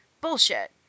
Bullshit